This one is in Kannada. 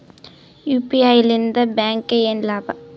ಯು.ಪಿ.ಐ ಲಿಂದ ಬ್ಯಾಂಕ್ಗೆ ಏನ್ ಲಾಭ?